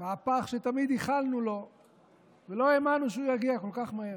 מהפך שתמיד ייחלנו לו ולא האמנו שהוא יגיע כל כך מהר.